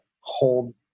hold